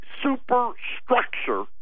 superstructure